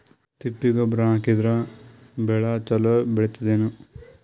ತಿಪ್ಪಿ ಗೊಬ್ಬರ ಹಾಕಿದರ ಬೆಳ ಚಲೋ ಬೆಳಿತದೇನು?